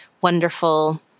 wonderful